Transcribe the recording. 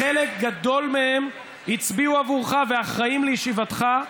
חלק גדול מהם הצביעו עבורך ואחראים לישיבתך,